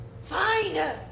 Fine